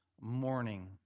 morning